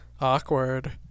Awkward